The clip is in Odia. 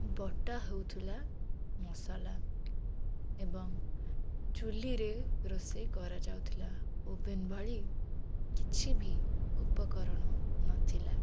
ବଟା ହେଉଥିଲା ମସଲା ଏବଂ ଚୂଲ୍ହିରେ ରୋଷେଇ କରାଯାଉଥିଲେ ଓଭେନ୍ ଭଳି କିଛିବି ଉପକରଣ ନଥିଲା